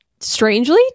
Strangely